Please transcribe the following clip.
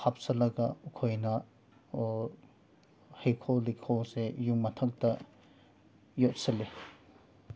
ꯍꯥꯞꯆꯤꯜꯂꯒ ꯑꯩꯈꯣꯏꯅ ꯍꯩꯀꯣꯜ ꯂꯩꯀꯣꯜꯁꯦ ꯌꯨꯝ ꯃꯊꯛꯇ ꯌꯦꯞꯁꯤꯜꯂꯤ